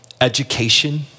education